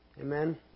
Amen